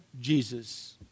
Jesus